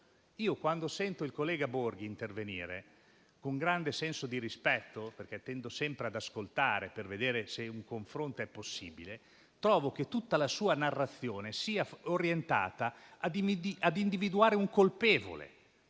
Quando sento il collega Borghi intervenire - lo dico con grande senso di rispetto, perché tendo sempre ad ascoltare per vedere se un confronto è possibile - trovo che tutta la sua narrazione sia orientata ad individuare un colpevole,